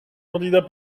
candidats